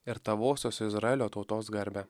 ir tavosios izraelio tautos garbę